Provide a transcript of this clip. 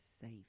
safe